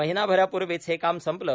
महिनाभरापूर्वीच हे काम संपले